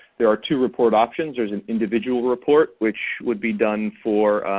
there are two report options. there is an individual report which would be done for